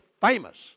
famous